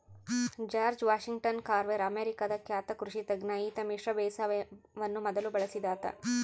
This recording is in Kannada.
ಜಾರ್ಜ್ ವಾಷಿಂಗ್ಟನ್ ಕಾರ್ವೆರ್ ಅಮೇರಿಕಾದ ಖ್ಯಾತ ಕೃಷಿ ತಜ್ಞ ಈತ ಮಿಶ್ರ ಬೇಸಾಯವನ್ನು ಮೊದಲು ಬಳಸಿದಾತ